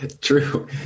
True